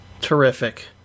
Terrific